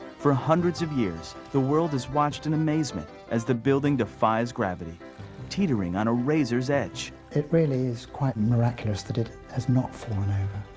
for hundreds of years, the world has watched in amazement as the building defies gravity teetering on a razor's edge. it really is quite miraculous that it has not fallen over.